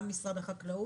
גם משרד החקלאות,